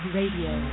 Radio